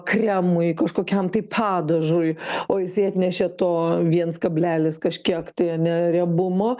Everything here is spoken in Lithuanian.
kremui kažkokiam tai padažui o jisai atnešė to viens kablelis kažkiek tai ane riebumo